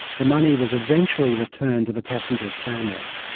the money was eventually returned to the passenger's family.